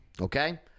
Okay